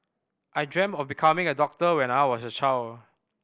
I dreamt of becoming a doctor when I was a child